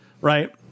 Right